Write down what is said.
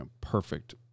perfect